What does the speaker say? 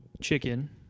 chicken